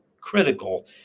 critical